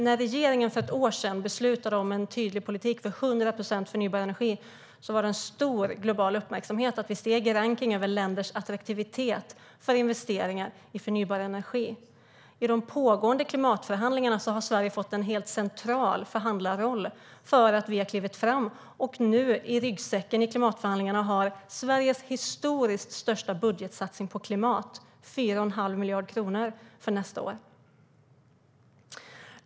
När regeringen för ett år sedan beslutade om en tydlig politik för 100 procent förnybar energi var det stor global uppmärksamhet när vi steg i rankning över länders attraktivitet för investeringar i förnybar energi. I de pågående klimatförhandlingarna har Sverige fått en helt central förhandlarroll för att vi har klivit fram. Nu har vi i ryggsäcken i klimatförhandlingarna Sveriges historiskt största budgetsatsning på klimat - 4 1⁄2 miljard kronor för nästa år.